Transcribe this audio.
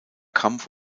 kampf